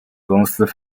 公司